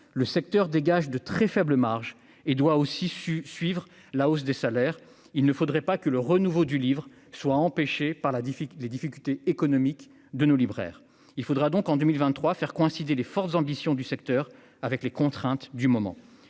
le secteur dégage de très faibles marges et doit aussi su suivre la hausse des salaires, il ne faudrait pas que le renouveau du livre soit empêchée par la dynamique, les difficultés économiques de nos libraires, il faudra donc en 2023 faire coïncider les fortes ambitions du secteur avec les contraintes du moment